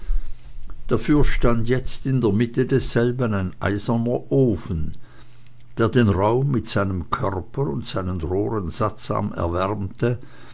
dafür stand jetzt in der mitte desselben ein eiserner ofen der den raum mit seinem körper und seinen rohren sattsam erwärmte